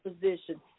position